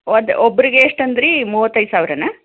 ಒದ್ ಒಬ್ಬರಿಗೆ ಎಷ್ಟು ಅಂದಿರಿ ಮೂವತ್ತೈದು ಸಾವಿರನ